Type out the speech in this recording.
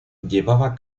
llevaba